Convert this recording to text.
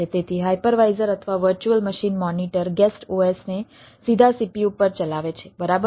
તેથી હાઇપરવાઇઝર અથવા virtual machine monitor guest OSને સીધા CPU પર ચલાવે છે બરાબર